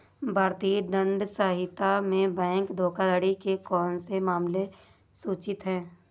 भारतीय दंड संहिता में बैंक धोखाधड़ी के कौन से मामले सूचित हैं?